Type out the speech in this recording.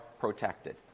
protected